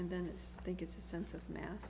and then i think it's a sense of ma